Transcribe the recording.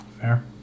Fair